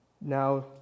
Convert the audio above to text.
now